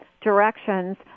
Directions